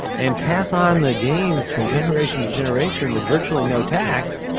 and pass on the gains from generation to generation with virtually no tax.